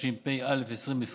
התשפ"א 2020,